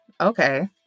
okay